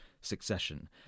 succession